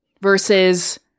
versus